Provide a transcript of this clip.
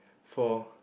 for